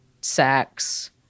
sex